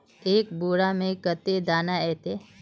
एक बोड़ा में कते दाना ऐते?